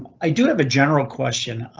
i do have a general question.